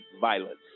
violence